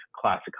classic